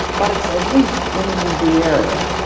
but it's at least in the area.